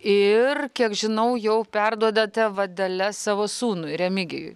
ir kiek žinau jau perduodate vadeles savo sūnui remigijui